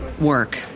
work